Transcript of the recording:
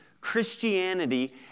Christianity